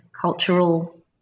cultural